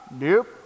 Nope